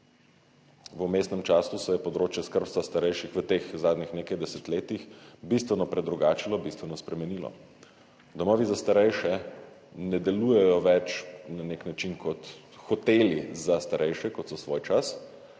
V vmesnem času se je področje skrbstva starejših v teh zadnjih nekaj desetletjih bistveno predrugačilo, bistveno spremenilo. Domovi za starejše ne delujejo več na nek način kot hoteli za starejše, kot so svoj čas,